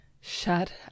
Shut